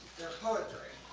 their poetry.